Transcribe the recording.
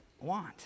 want